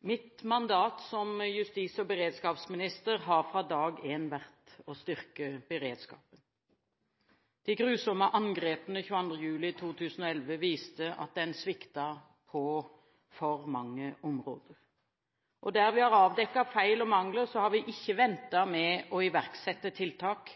Mitt mandat som justis- og beredskapsminister har fra dag én vært å styrke beredskapen. De grusomme angrepene 22. juli 2011 viste at den sviktet på for mange områder. Der vi har avdekket feil og mangler, har vi ikke ventet med å iverksette tiltak.